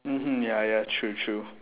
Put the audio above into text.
mmhmm ya ya true true